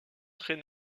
très